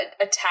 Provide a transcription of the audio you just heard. attack